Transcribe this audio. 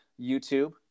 YouTube